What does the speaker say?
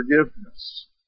forgiveness